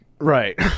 Right